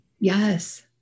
Yes